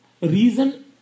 reason